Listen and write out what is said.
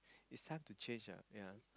it's time to change lah ya